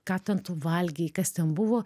ką ten tu valgei kas ten buvo